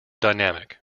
dynamic